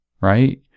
right